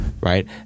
right